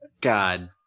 God